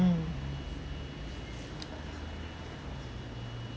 mm